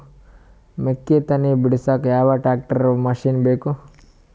ಮೆಕ್ಕಿ ತನಿ ಬಿಡಸಕ್ ಯಾವ ಟ್ರ್ಯಾಕ್ಟರ್ ಮಶಿನ ಬೇಕು?